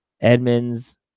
Edmonds